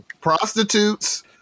prostitutes